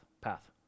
path